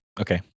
Okay